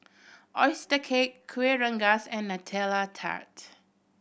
oyster cake Kuih Rengas and Nutella Tart